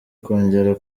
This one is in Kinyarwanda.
kongera